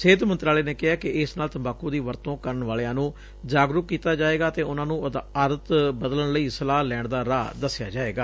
ਸਿਹਤ ਮੰਤਰਾਲੇ ਨੇ ਕਿਹੈ ਕਿ ਇਸ ਨਾਲ ਤੰਬਾਕੁ ਦੀ ਵਰਤੋਂ ਕਰਨ ਵਾਲਿਆਂ ਨੰ ਜਾਗਰੁਕ ਕੀਤਾ ਜਾਏਗਾ ਅਤੇ ਉਨ੍ਨਾਂ ਨੰ ਆਦਤ ਬਦਲਣ ਲਈ ਸਲਾਹ ਲੈਣ ਦਾ ਰਾਹ ਦਸਿਆ ਜਾਏਗਾ